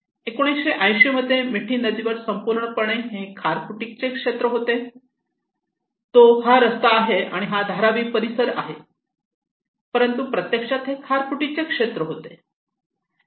1980 मध्ये मिठी नदीवर संपूर्णपणे हे खारफुटीचे क्षेत्र होते तो हा रस्ता आहे आणि हा धारावी परिसर आहे परंतु प्रत्यक्षात हे खारफुटीचे क्षेत्र होते